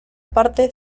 parte